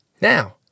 Now